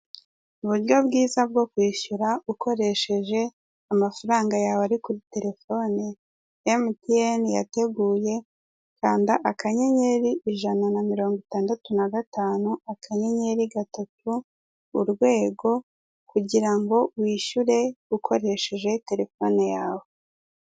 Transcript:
Uburyo bwiza bwo kwishyura ukoresheje amafaranga yawe ari kuri telefone MTN yateguye, kanda akanyenyeri ijana na mirongo itandatu na gatanu akanyenyeri gatatu urwego kugirango wishyure ukoresheje telefone yawe.